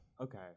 Okay